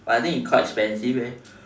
but I think is quite expensive